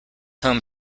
home